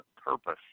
purpose